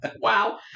Wow